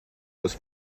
was